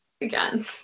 again